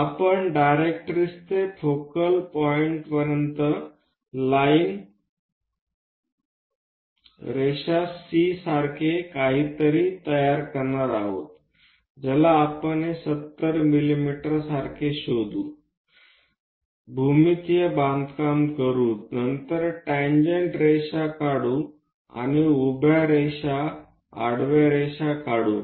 आपण डायरेक्ट्रिक्स ते फोकल बिंदू पर्यंत रेषा C सारखे काहीतरी तयार करणार आहोत ज्याला आपण हे 70 मिमीसारखे शोधू भूमितीय बांधकाम करू नंतर स्पर्श रेषा काढू उभ्या रेषा आणि आडव्या रेषा काढू